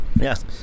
Yes